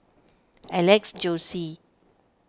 Alex Josey